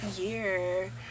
year